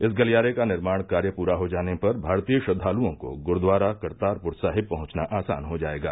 इस गलियारे का निर्माण कार्य पूरा हो जाने पर भारतीय श्रद्दाल्ओं को गुरूद्वारा करतारपुर साहिब पहंचना आसान हो जाएगा